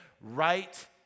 right